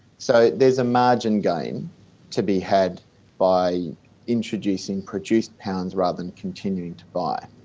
so there's a margin game to be had by introducing produced pounds rather than continuing to buy.